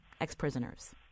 ex-prisoners